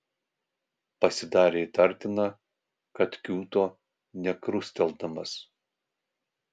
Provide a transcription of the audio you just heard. pasidarė įtartina kad kiūto nekrusteldamas